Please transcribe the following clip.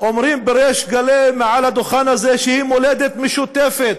אומרים בריש גלי מעל הדוכן הזה שהיא מולדת משותפת,